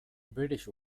british